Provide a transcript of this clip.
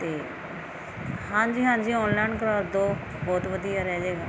ਅਤੇ ਹਾਂਜੀ ਹਾਂਜੀ ਆਨਲਾਈਨ ਕਰਵਾ ਦੋ ਬਹੁਤ ਵਧੀਆ ਰਹਿ ਜੇਗਾ